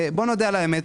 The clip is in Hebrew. בוא נודה על האמת,